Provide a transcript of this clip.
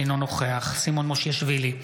אינו נוכח סימון מושיאשוילי,